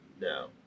No